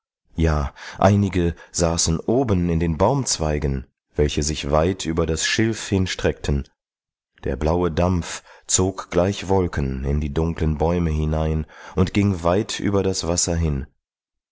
ja einige saßen oben in den baumzweigen welche sich weit über das schilf hinstreckten der blaue dampf zog gleich wolken in die dunklen bäume hinein und ging weit über das wasser hin